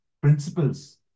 principles